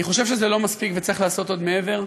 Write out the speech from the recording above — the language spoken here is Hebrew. אני חושב שזה לא מספיק וצריך לעשות עוד, מעבר.